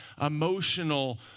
emotional